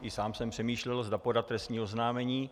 I sám jsem přemýšlel, zda podat trestní oznámení.